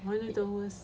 how the worst